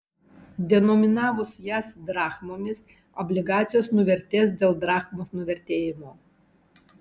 denominavus jas drachmomis obligacijos nuvertės dėl drachmos nuvertėjimo